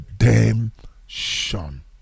redemption